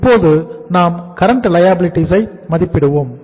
இப்போது நாம் current liabilities ஐ மதிப்பிடுவோம்